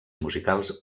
musicals